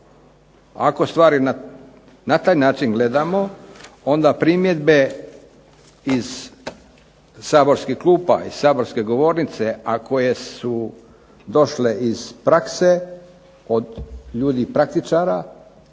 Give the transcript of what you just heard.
Ako stvari na taj način gledamo onda primjedbe iz saborskih klupa i saborske govornice, a koje su došle iz prakse od ljudi praktičara,